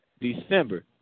December